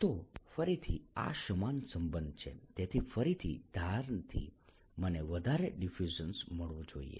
તો ફરીથી આ સમાન સંબંધ છે તેથી ફરીથી ધારથી મને વધારે ડિફ્યુઝન મળવું જોઈએ